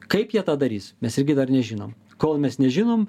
kaip jie tą darys mes irgi dar nežinom kol mes nežinom